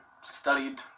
studied